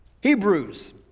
Hebrews